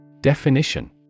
Definition